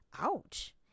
Ouch